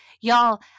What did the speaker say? Y'all